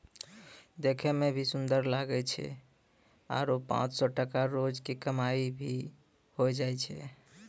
देखै मॅ भी सुन्दर लागै छै आरो पांच सौ टका रोज के कमाई भा भी होय जाय छै